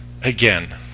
Again